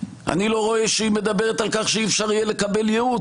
אני לא רואה שהיא מדברת על כך שאי-אפשר יהיה לקבל ייעוץ.